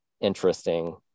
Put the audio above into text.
interesting